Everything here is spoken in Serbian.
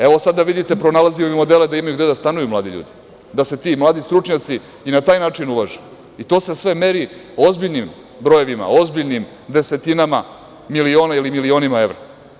Evo sada vidite, pronalazimo im modele da imaju gde da stanuju mladi ljudi, da se ti mladi stručnjaci i na taj način uvaže i to se sve meri ozbiljnim brojevima, ozbiljnim desetinama miliona ili milionima evra.